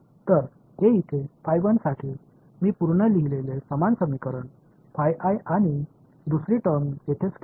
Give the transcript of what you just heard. எனவே இது என்னுடைய நீங்கள் மறந்துவிட்டால் கொள்ளளவு 2 இல் மின்சார மூலங்கள் ஏதேனும் இருந்ததா